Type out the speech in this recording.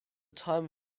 time